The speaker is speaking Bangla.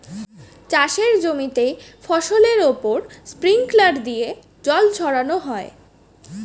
চাষের জমিতে ফসলের উপর স্প্রিংকলার দিয়ে জল ছড়ানো হয়